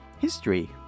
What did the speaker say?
History